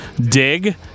Dig